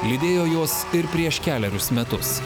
lydėjo juos ir prieš kelerius metus